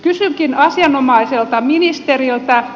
kysynkin asianomaiselta ministeriltä